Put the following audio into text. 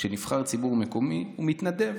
שנבחר ציבור מקומי הוא מתנדב.